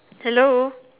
hello